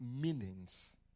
meanings